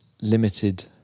limited